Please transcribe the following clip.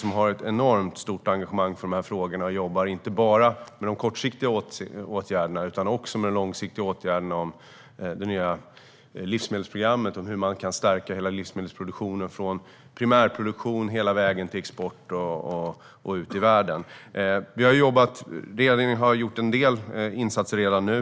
Han har ett enormt stort engagemang för de här frågorna och jobbar inte bara med de kortsiktiga åtgärderna utan också med de långsiktiga såsom det nya livsmedelsprogrammet för att se hur man kan stärka hela livsmedelsproduktionen från primärproduktion hela vägen till export och ut i världen. Regeringen har gjort en del insatser redan nu.